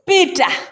Peter